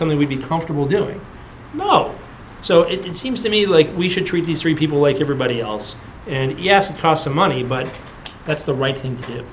something we'd be comfortable doing oh so it seems to me like we should treat these three people like everybody else and yes it costs them money but that's the right thing to